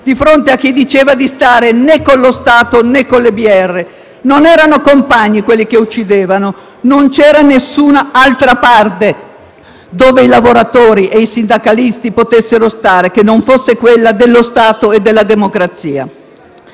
di fronte a chi diceva di stare né con lo Stato, né con le BR. Non erano «compagni» quelli che uccidevano: non c'era nessuna altra parte dove i lavoratori e i sindacalisti potessero stare che non fosse quella dello Stato e della democrazia.